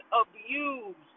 abused